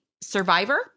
Survivor